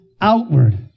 outward